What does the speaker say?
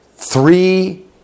Three